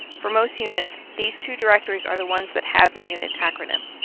for most units, these two directories are the ones that have the unit acronym.